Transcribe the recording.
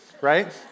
Right